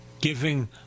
Giving